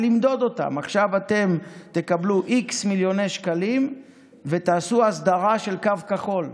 ולמדוד אותם: עכשיו אתם תקבלו x מיליוני שקלים ותעשו הסדרה של קו כחול,